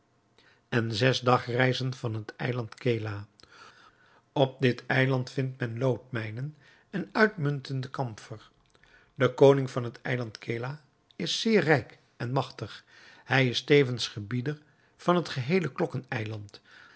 en zes dagreizen van het eiland kela op dit eiland vindt men loodmijnen en uitmuntende kamfer de koning van het eiland kela is zeer rijk en magtig hij is tevens gebieder van het geheele